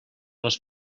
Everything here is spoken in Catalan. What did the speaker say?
les